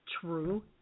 true